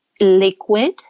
liquid